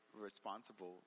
responsible